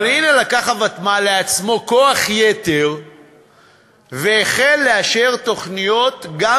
אבל הנה לקח הוותמ"ל לעצמו כוח יתר והחל לאשר תוכניות גם